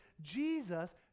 Jesus